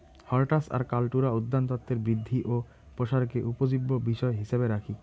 হরটাস আর কাল্টুরা উদ্যানতত্বের বৃদ্ধি ও প্রসারকে উপজীব্য বিষয় হিছাবে রাখি